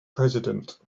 president